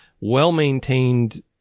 well-maintained